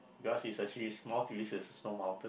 because it's actually Mount-Titlis is a snow mountain